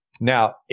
Now